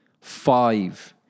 five